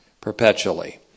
perpetually